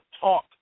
talk